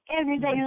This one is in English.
everyday